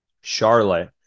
Charlotte